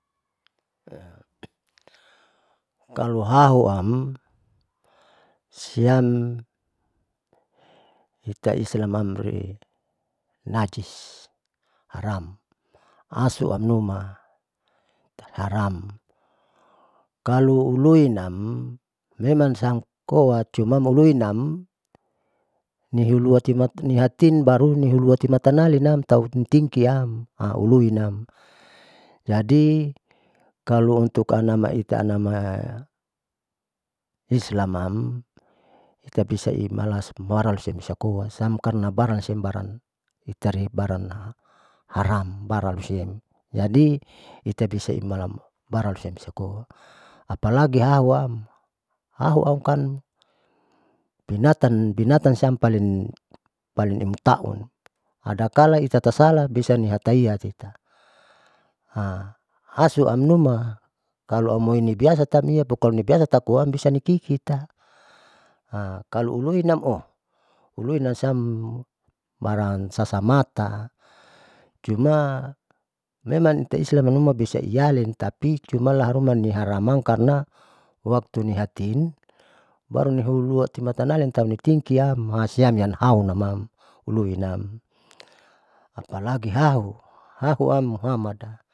kalohahuam siam itai selamam ruinajis haram asu amnuma haram kalo uluinam memang san koa cumin ukuinam nihuluahti baru nihuluatin timatanalinam tau tingkiam au luinam, jadi kalountuk anama ita anama islamam tabisa imala baran loibisakoa apalagihahuan hahuam kan binatan binatan siam paling paling imutaua adakala itatasala bisa nihataiata asu amnuma kalo aumoi biasatan nibiasata koaam bisanikikita kalo uliulinam oh uliulinam siam barang sasamata cua memang teislam bisa ialin tapi cumalaharuma niharaman karna waktu nihatin barunihuluati matanali taunitingkiam siam nian aunamam uliulinam apalagi hahu, hahunam muhammadan.